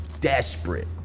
desperate